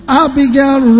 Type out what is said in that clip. abigail